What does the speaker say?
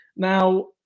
Now